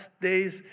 days